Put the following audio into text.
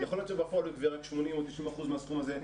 יכול להיות שבפועל הוא יגבה רק 80% או 90% מהסכום הזה.